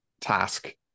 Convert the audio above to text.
task